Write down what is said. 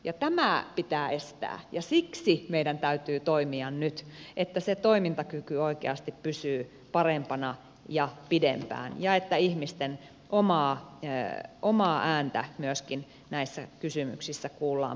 tämä pitää estää ja siksi meidän täytyy toimia nyt että se toimintakyky oikeasti pysyy parempana ja pidempään ja että ihmisten omaa ääntä myöskin näissä kysymyksissä kuullaan paremmin